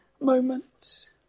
moment